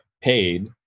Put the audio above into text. paid